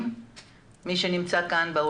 לפני שאתם מתחילים לדבר